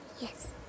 Yes